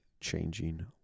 changing